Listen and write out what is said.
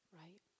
right